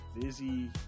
busy